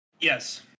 Yes